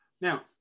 Now